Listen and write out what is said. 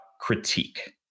critique